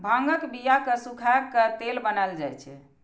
भांगक बिया कें सुखाए के तेल बनाएल जाइ छै